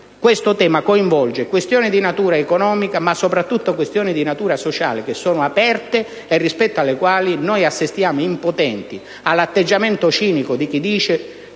questo tema coinvolge questioni di natura economica, ma soprattutto questioni di natura sociale che sono aperte, rispetto alle quali noi assistiamo impotenti all'atteggiamento cinico di chi dice